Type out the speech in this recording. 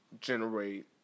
generate